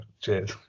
Cheers